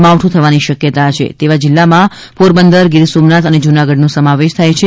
માવઠું થવાની શક્યતા છે તેવા જિલ્લા માં પોરબંદર ગીરસોમનાથ અને જુનાગઢ નો સમાવેશ થાય છે